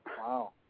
Wow